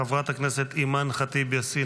חברת הכנסת אימאן ח'טיב יאסין,